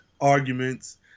arguments